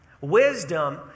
Wisdom